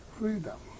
freedom